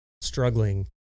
struggling